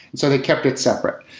so they kept it separate.